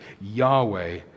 Yahweh